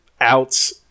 outs